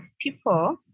people